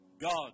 God